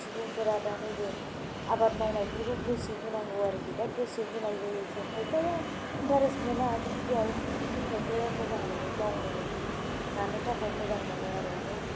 सुबुंफोरा दा नैबे आबाद मावनायफोरखौ गोसो होनांगौ आरोखि दा गोसो होनाय जायो जे खायफा इन्टारेस्ट मोना बिदियाव खिन्थु खायफाया मोजां मोनो मावनानै जानो थाखाय मोजां मोनो आरो ओमफ्राय